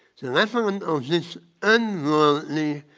reverent of this unworldly,